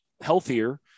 healthier